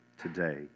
today